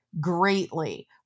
greatly